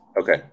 Okay